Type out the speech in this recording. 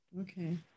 Okay